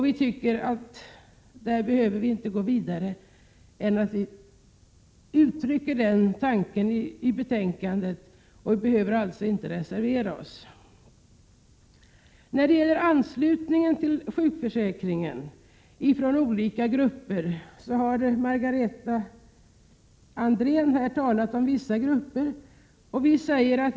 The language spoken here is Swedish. Vi tycker att vi inte behöver gå längre och inte behöver reservera oss. Margareta Andrén talade här om vissa gruppers anslutning till sjukförsäkringen.